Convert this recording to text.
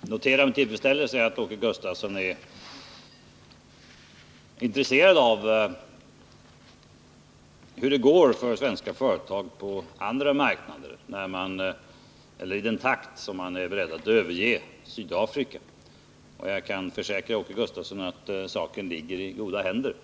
notera med tillfredsställelse att Åke Gustavsson är intresserad av hur det går för svenska företag på andra marknader, med den takt som man är beredd att överge Sydafrika. Jag kan försäkra Åke Gustavsson att saken ligger i goda händer.